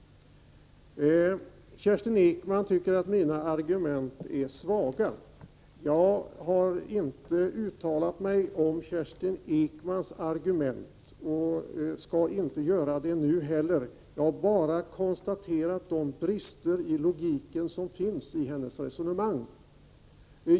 Kerstin Ekman tycker att mina argument är svaga. Jag har inte uttalat mig om Kerstin Ekmans argument och skall inte göra det nu heller. Jag har bara konstaterat de brister i logiken som finns i hennes resonemang.